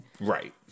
right